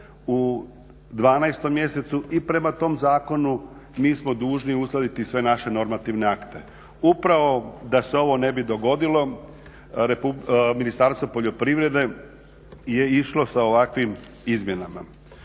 u 12 mjesecu. I prema tom zakonu mi smo dužni uskladiti sve naše normativne akte. Upravo da se ovo ne bi dogodilo Ministarstvo poljoprivrede je išlo sa ovakvim izmjenama.